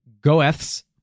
Goeth's